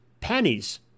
pennies